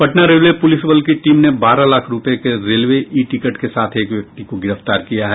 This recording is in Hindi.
पटना रेलवे पुलिस बल की टीम ने बारह लाख रूपये के रेलवे ई टिकट के साथ एक व्यक्ति को गिरफ्तार किया है